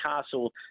Castle